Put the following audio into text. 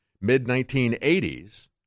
mid-1980s